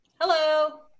Hello